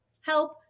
help